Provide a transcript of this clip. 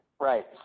right